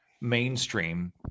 mainstream